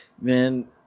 Man